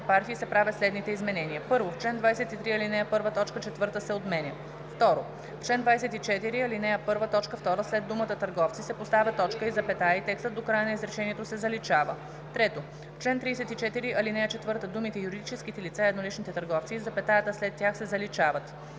бр. …) се правят следните изменения: 1. В чл. 23, ал. 1 т. 4 се отменя. 2. В чл. 24, ал. 1, т. 2 след думата „търговци“ се поставя точка и запетая и текстът до края на изречението се заличава. 3. В чл. 34, ал. 4 думите „юридическите лица и едноличните търговци“ и запетаята след тях се заличават.